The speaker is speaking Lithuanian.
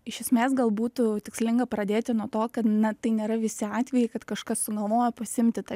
iš esmės gal būtų tikslinga pradėti nuo to kad na tai nėra visi atvejai kad kažkas sugalvojo pasiimti tą